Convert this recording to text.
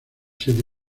siete